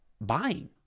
buying